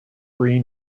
free